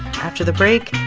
after the break,